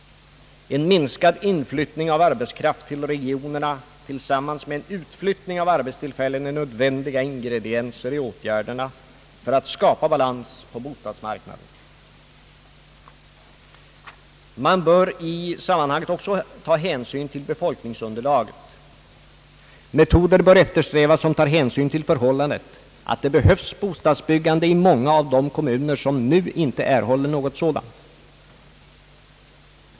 En minskad inflyttning av arbetskraft till regionerna tillsammans med en utflyttning av arbetstillfällen är nödvändiga ingredienser i åtgärderna för att skapa balans på bostadsmarknaden. Man bör i detta sammanhang också ta hänsyn till befolkningsunderlaget. Metoder bör eftersträvas som beaktar förhållandet att det behövs bostadsbyggande i många av de kommuner som nu inte erhåller något sådant.